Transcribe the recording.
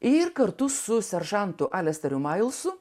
ir kartu su seržantu alesteriu mailsu